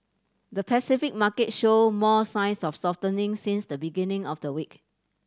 the Pacific market showed more signs of softening since the beginning of the week